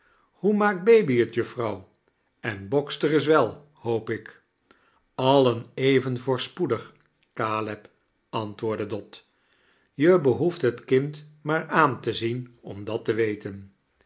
hoe maakt baby het juffrouw en boxer is wel hoop ik allen even voorspoedig caleb antwoordde dot je behoeft het kind maar aan te zien om dat te we